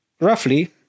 roughly